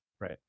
right